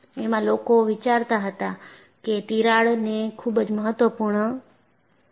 એમાં લોકો વિચારતા હતા કે તિરાડએ ખુબ જ મહત્વપૂર્ણ છે